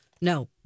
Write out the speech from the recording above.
No